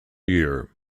year